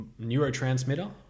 neurotransmitter